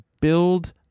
build